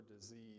disease